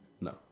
No